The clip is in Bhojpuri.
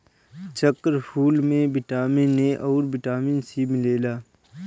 चक्रफूल में बिटामिन ए अउरी बिटामिन सी मिलेला